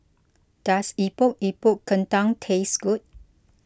does Epok Epok Kentang taste good